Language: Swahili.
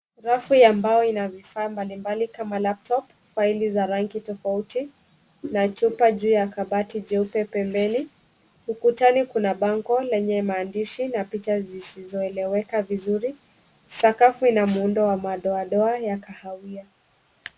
Rafu ya mbao ina vifaa mbalimbali kama laptop , faili za rangi tofauti na chupa juu ya kabati jeupe pembeni. Ukutani kuna bango lenye maandishi na picha zisizoeleweka vizuri. Sakafu ina muundo wa madoadoa ya kahawia.